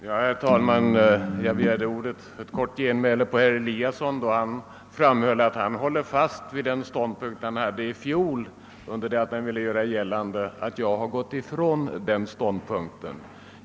Herr talman! Jag begärde ordet för ett kort genmäle till herr Eliasson i Sundborn, då han framhöll att han håller fast vid den ståndpunkt han intog i fjol och ville göra gällande att jag hade gått ifrån den ståndpunkten.